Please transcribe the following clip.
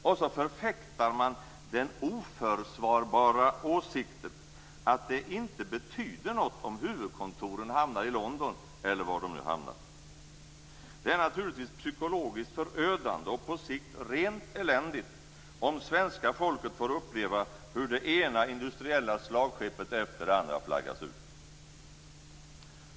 Man förfäktar den oförsvarbara åsikten att det inte betyder något om huvudkontoren hamnar i London - eller var de nu hamnar. Det är naturligtvis psykologiskt förödande och på sikt rent eländigt om svenska folket får uppleva hur det ena industriella slagskeppet efter det andra flaggas ut.